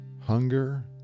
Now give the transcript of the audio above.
hunger